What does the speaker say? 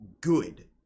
good